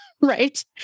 right